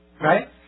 Right